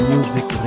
Music